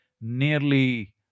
nearly